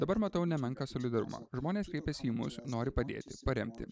dabar matau nemenką solidarumą žmonės kreipiasi į mus nori padėti paremti